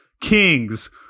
Kings